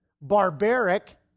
barbaric